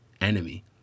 enemy